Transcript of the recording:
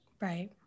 right